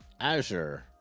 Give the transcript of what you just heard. Azure